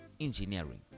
engineering